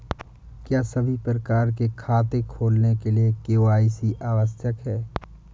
क्या सभी प्रकार के खाते खोलने के लिए के.वाई.सी आवश्यक है?